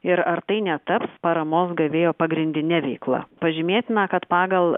ir ar tai netaps paramos gavėjo pagrindine veikla pažymėtina kad pagal